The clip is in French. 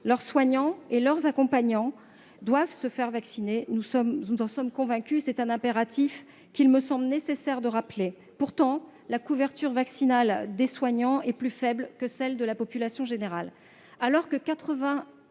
Leurs soignants et leurs accompagnants doivent se faire vacciner, nous en sommes convaincus. C'est un impératif qu'il me semble nécessaire de rappeler. Pourtant, la couverture vaccinale des soignants est plus faible que celle de la population générale. Alors que